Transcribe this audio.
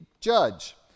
judge